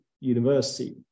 University